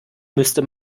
müsste